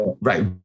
right